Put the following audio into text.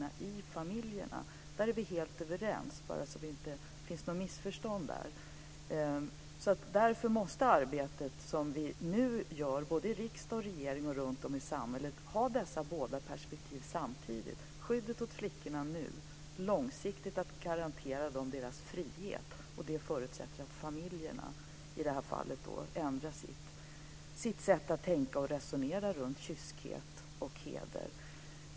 Jag säger för att inget missförstånd ska råda att vi är helt överens om detta. Därför måste det arbete som vi nu bedriver i riksdag och regering och runtom i samhället ha dessa båda perspektiv samtidigt; skyddet av flickorna nu och långsiktigt ett garanterande av deras frihet. Detta förutsätter att de här familjerna ändrar sitt sätt att tänka och resonera runt kyskhet och heder.